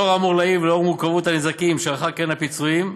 בעקבות האמור לעיל ומורכבות הנזקים שערכה קרן הפיצויים,